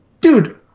Dude